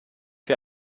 wir